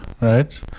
Right